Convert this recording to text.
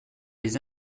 les